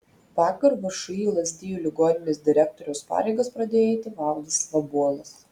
vakar všį lazdijų ligoninės direktoriaus pareigas pradėjo eiti valdas vabuolas